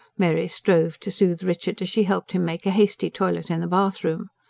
mary strove to soothe richard, as she helped him make a hasty toilet in the bathroom.